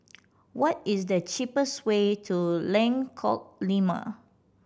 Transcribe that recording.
what is the cheapest way to Lengkok Lima